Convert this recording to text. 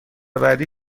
بعدی